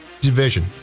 division